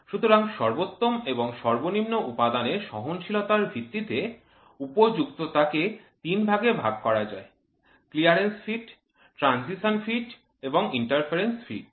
সুতরাং সর্বোত্তম এবং সর্বনিম্ন উপাদানের সহনশীলতার ভিত্তিতে উপযুক্ততা কে তিন ভাগে ভাগ করা যায় ক্লিয়ারেন্স ফিট ট্রানজিশন ফিট এবং ইন্টারফিয়ারেন্স ফিট